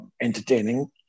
entertaining